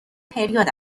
پریود